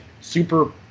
super